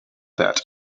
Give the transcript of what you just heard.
that